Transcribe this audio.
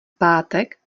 pátek